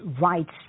rights